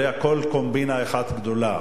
הרי הכול קומבינה אחת גדולה.